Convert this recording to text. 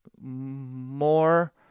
more